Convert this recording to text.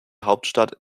hauptstadt